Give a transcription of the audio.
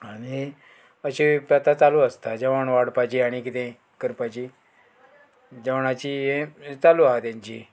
आनी अशें प्रथा चालू आसता जेवण वाडपाची आनी कितेंय करपाची जेवणाची चालू आहा तेंची